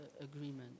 agreement